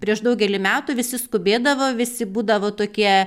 prieš daugelį metų visi skubėdavo visi būdavo tokie